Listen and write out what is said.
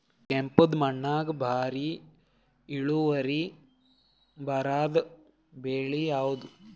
ಕೆಂಪುದ ಮಣ್ಣಾಗ ಭಾರಿ ಇಳುವರಿ ಬರಾದ ಬೆಳಿ ಯಾವುದು?